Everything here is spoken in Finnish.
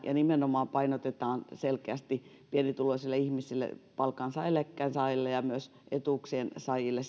ja painotetaan niitä selkeästi nimenomaan pienituloisille ihmisille palkansaajille eläkkeensaajille ja myös etuuksien saajille